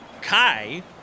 Kai